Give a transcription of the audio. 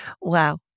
Wow